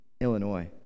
Illinois